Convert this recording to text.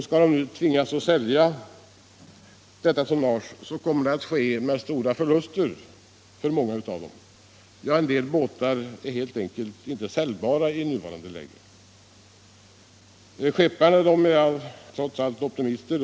Skall de nu tvingas sälja detta tonnage, kommer detta att ske med stora förluster för många av dem. Ja, en del båtar är helt enkelt inte säljbara i nuvarande läge. Skepparna är trots allt optimister.